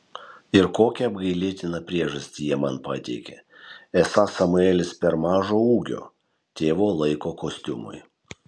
ir kokią apgailėtiną priežastį jie man pateikė esą samuelis per mažo ūgio tėvo laiko kostiumui